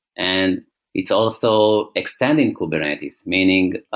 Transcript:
and it's also extending kubernetes. meaning,